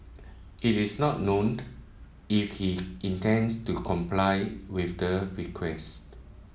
it is not known if he intends to comply with the request